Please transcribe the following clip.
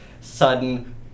sudden